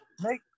make